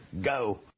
Go